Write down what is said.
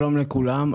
שלום לכולם,